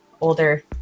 older